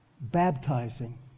baptizing